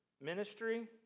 ministry